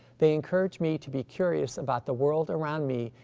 they encourage me to be curious about the world around me,